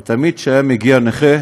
ותמיד כשהיה מגיע נכה